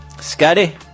Scotty